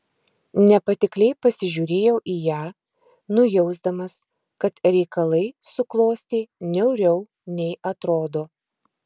nepatikliai pasižiūrėjau į ją nujausdamas kad reikalai suklostė niauriau nei atrodo